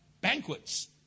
banquets